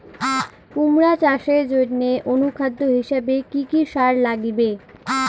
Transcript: কুমড়া চাষের জইন্যে অনুখাদ্য হিসাবে কি কি সার লাগিবে?